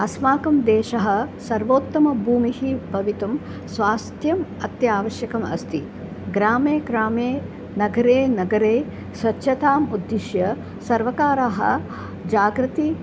अस्माकं देशः सर्वोत्तमभूमिः भवितुं स्वास्थ्यम् अत्यावश्यकं अस्ति ग्रामे ग्रामे नगरे नगरे स्वच्छताम् उद्दिश्य सर्वकारः जागर्ति जागर्ति